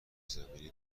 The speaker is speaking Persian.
زمینی